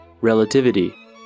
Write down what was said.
Relativity